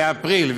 באפריל,